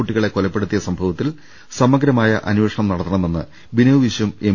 കുട്ടികളെ കൊലപ്പെടുത്തിയ സംഭവത്തിൽ സമഗ്രാന്വേഷണം നടത്തണ മെന്ന് ബിനോയ് വിശ്വം എം